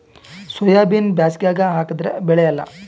ಸೋಯಾಬಿನ ಬ್ಯಾಸಗ್ಯಾಗ ಹಾಕದರ ಬೆಳಿಯಲ್ಲಾ?